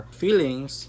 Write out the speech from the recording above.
feelings